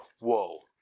Whoa